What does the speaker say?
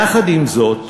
יחד עם זאת,